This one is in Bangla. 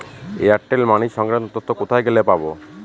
এয়ারটেল মানি সংক্রান্ত তথ্য কোথায় গেলে পাব?